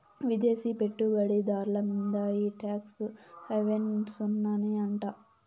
విదేశీ పెట్టుబడి దార్ల మీంద ఈ టాక్స్ హావెన్ సున్ననే అంట